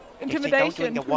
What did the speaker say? intimidation